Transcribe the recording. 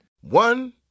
One